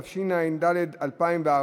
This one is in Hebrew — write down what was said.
התשע"ד 2014,